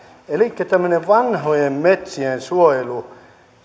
elikkä tämmöinen vanhojen metsien suojelu